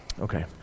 okay